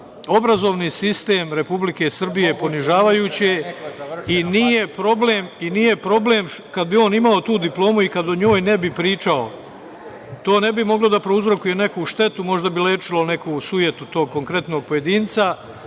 obrazovni sistem Republike Srbije ponižavajuće i nije problem kad bi on imao tu diplomu i kad o njoj ne bi pričao. To ne bi moglo da prouzrokuje neku štetu. Možda bi lečilo neku sujetu tog konkretnog pojedinca,